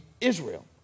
Israel